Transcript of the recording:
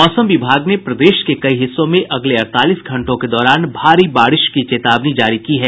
मौसम विभाग ने प्रदेश के कई हिस्सों में अगले अड़तालीस घंटों के दौरान भारी बारिश की चेतावनी जारी की है